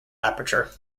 aperture